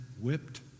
whipped